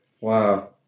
Wow